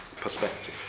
perspective